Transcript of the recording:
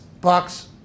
Bucks